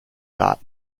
dot